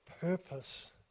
purpose